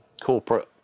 Corporate